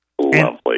Lovely